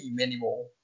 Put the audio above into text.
anymore